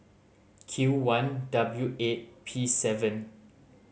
Q one W eight P seven